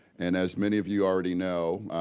and as many of you already know,